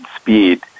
speed